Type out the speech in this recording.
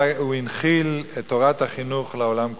אלא הוא הנחיל את תורת החינוך לעולם כולו.